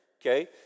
okay